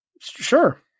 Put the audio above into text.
sure